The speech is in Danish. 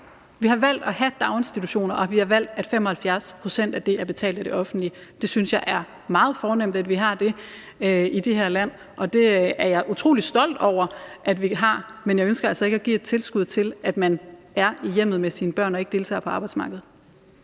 Vi har valgt at have daginstitutioner, og vi har valgt, at 75 pct. af udgiften til det er betalt af det offentlige. Jeg synes, det er meget fornemt, at vi har det i det her land, og det er jeg utrolig stolt over at vi har, men jeg ønsker altså ikke at give tilskud til, at man er i hjemmet med sine børn og ikke deltager på arbejdsmarkedet.